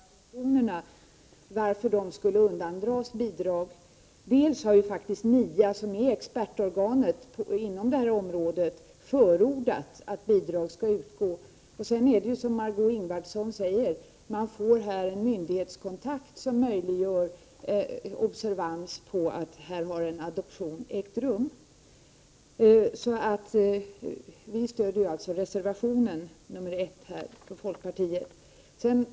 Herr talman! Jag kan inte riktigt förstå Anita Perssons resonemang om varför de utländska adoptionerna skulle undantas från bidrag. Dels har NIA, som är expertorganet inom detta område, förordat att bidrag skall utgå, dels är det, som Margö Ingvardsson säger, så att man här får en myndighetskon takt som möjliggör att man blir uppmärksam på att en adoption har ägt rum. Vi stöder alltså reservation 1 från folkpartiet.